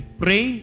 pray